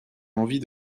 envie